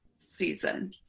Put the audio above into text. season